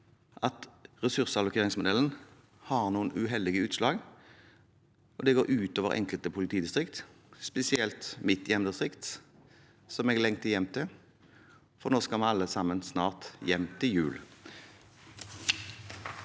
at ressursallokeringsmodellen har noen uheldige utslag, og at det går ut over enkelte politidistrikt, spesielt mitt hjemdistrikt, som jeg lengter hjem til – og snart skal vi alle hjem til jul.